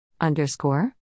Underscore